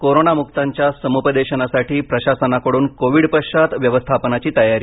कोरोनामुक्तांच्या समुपदेशनासाठी प्रशासनाकडून कोविड पश्चात व्यवस्थापनाची तयारी